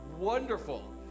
Wonderful